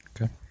okay